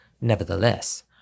Nevertheless